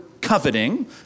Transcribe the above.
coveting